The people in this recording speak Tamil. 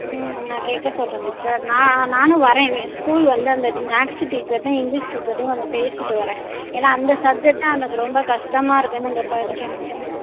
ம் நான் கேட்க சொல்கிறேன் டீச்சர் நான் நானும் வரேன் இந்த ஸ்கூல் வந்து அந்த மேக்ஸு டீச்சர்கிட்டையும் இங்கிலீஷ் டீச்சர்கிட்டையும் கொஞ்சம் பேசிவிட்டு வரேன் ஏனால் அந்த சப்ஜெக்ட் தான் அவனுக்கு ரொம்ப கஷ்டமா இருக்குதுன்னு இங்கே படிக்க மாட்டேங்கிறான்